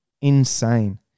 insane